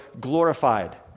glorified